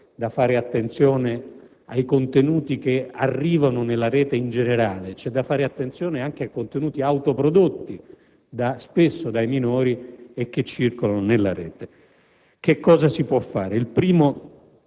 da fare attenzione ai contenuti che arrivano nella Rete in generale, ma anche ai contenuti autoprodotti spesso dai minori e che circolano nella Rete. Che cosa si può fare? Il primo